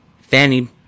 fanny